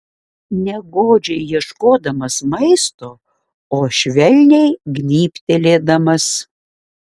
ne godžiai ieškodamas maisto o švelniai gnybtelėdamas